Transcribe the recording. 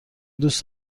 دوست